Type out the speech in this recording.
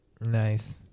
Nice